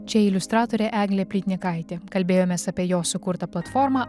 čia iliustratorė eglė plytnikaitė kalbėjomės apie jos sukurtą platformą